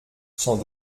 sans